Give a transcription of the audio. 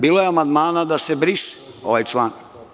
Bilo je amandmana da se briše ovaj član.